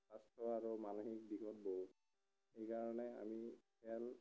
স্বাস্থ্য আৰু মানসিক দিশত বহুত সেইকাৰণে আমি খেল